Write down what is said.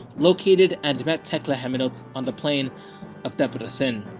located and met tekle haimanot on the plain of debra sin